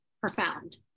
profound